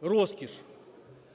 розкіш.